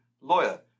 lawyer